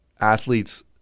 athletes